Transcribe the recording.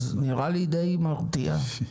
נראה לי די מרתיע.